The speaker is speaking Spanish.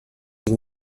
sin